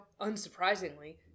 unsurprisingly